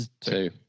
two